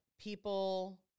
people